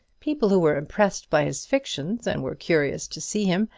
people who were impressed by his fictions, and were curious to see him,